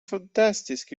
fantastisk